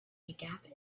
gap